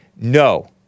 no